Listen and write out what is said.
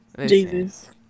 Jesus